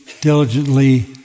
diligently